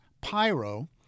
pyro